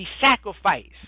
sacrifice